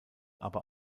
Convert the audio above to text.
aber